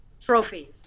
trophies